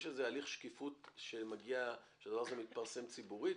יש איזה הליך שקיפות שמגיע שהדבר הזה מתפרסם ציבורית,